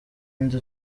inde